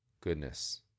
Goodness